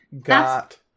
got